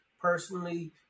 personally